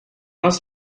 must